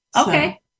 Okay